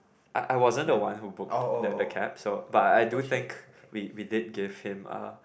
I I wasn't the one who booked the the cab so but I do think we we did give him a